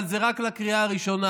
אבל זה רק לקריאה הראשונה.